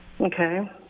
Okay